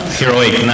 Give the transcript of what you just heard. heroic